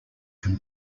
can